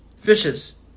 fishes